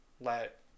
Let